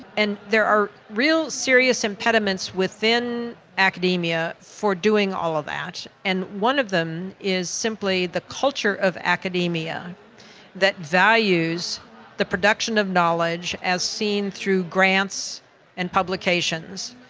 and there are real serious impediments within academia for doing all of that, and one of them is simply the culture of academia that values the production of knowledge as seen through grants and publications.